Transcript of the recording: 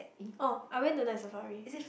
oh I went to Night-Safari